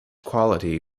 qualities